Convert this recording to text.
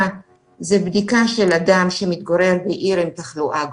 היא בדיקה של אדם שמתגורר בעיר עם תחלואה גבוהה,